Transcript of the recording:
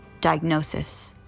diagnosis